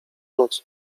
noc